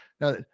Now